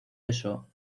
eso